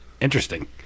Interesting